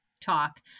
talk